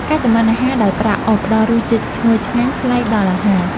ការចម្អិនអាហារដោយប្រើអុសផ្ដល់រសជាតិឈ្ងុយឆ្ងាញ់ប្លែកដល់អាហារ។